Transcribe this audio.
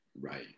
right